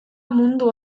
mundu